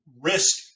risk